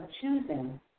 choosing